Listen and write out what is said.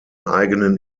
eigenen